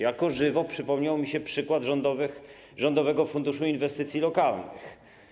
Jako żywo przypomniał mi się przykład Rządowego Funduszu Inwestycji Lokalnych.